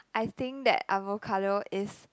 I think that avocado is